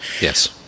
yes